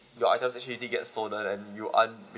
your items actually did get stolen and you aren't